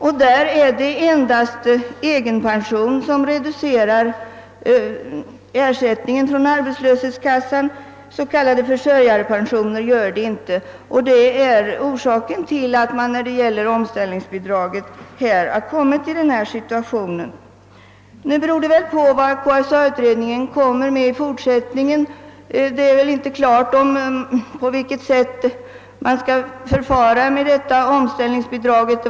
Därvidlag är det endast egenpension som reducerar ersättningen från arbetslöshetskassan; s.k. försörjarpensioner leder inte till någon reducering. Nu får vi se vad KSA-utredningen kommer att föreslå — det är inte klart hur det skall förfaras med omställningsbidraget.